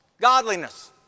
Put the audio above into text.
Godliness